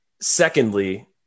Secondly